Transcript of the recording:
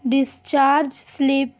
discharge slip